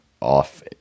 off